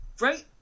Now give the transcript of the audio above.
right